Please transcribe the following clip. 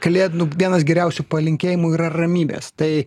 kalėdnų vienas geriausių palinkėjimų yra ramybės tai